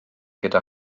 gyda